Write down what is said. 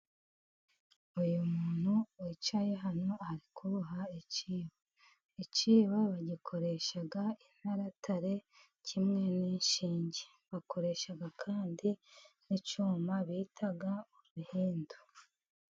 Uyu muntu wicaye hano ari kuboha icyibo. Icyibo bagikoresha intaratare, kimwe n'inshinge. Bakoresha kandi n'icyuma bita uruhindu.